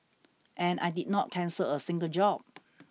and I did not cancel a single job